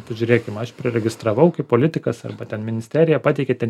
pažiūrėkim aš priregistravau kaip politikas arba ten ministerija pateikė ten